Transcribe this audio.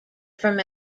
from